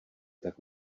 tak